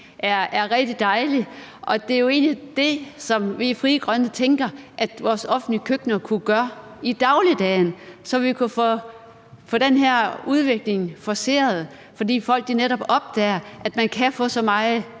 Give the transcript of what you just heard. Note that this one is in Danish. er rigtig dejlig. Og det er jo egentlig det, vi i Frie Grønne tænker at vores offentlige køkkener kunne gøre i dagligdagen, så vi kunne få den her udvikling forceret, fordi folk netop opdager, at man kan få så meget